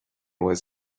was